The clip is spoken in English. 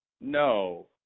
no